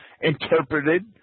interpreted